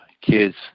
kids